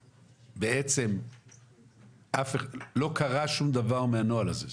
שאיתן בעצם לא קרה שום דבר מהנוהל הזה,